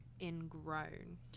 ingrown